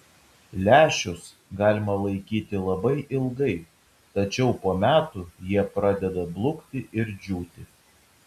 lęšius galima laikyti labai ilgai tačiau po metų jie pradeda blukti ir džiūti